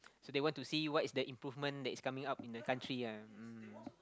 so they want to see what is the improvement that is coming up in the country ah mm